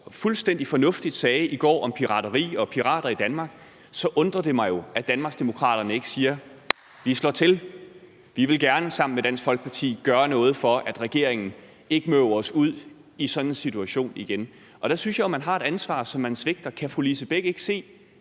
fuldstændig fornuftigt sagde i går om pirateri og pirater i Danmark, undrer det mig jo, at Danmarksdemokraterne ikke siger: Vi slår til, vi vil gerne sammen med Dansk Folkeparti gøre noget for, at regeringen ikke møver os ud i sådan en situation igen. Og der synes jeg, at man har et ansvar, som man svigter. Kan fru Lise Bech ikke se,